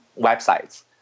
websites